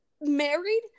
married